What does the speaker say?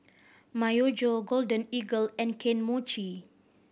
Myojo Golden Eagle and Kane Mochi